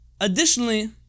additionally